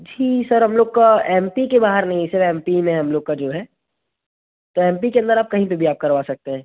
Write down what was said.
जी sir हम लोग का एम पी के बाहर नहीं है सर एम पी में हम लोग का जो है तो एम पी के अंदर आप कहीं पर भी आप करवा सकते हैं